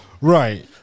Right